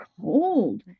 cold